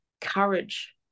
courage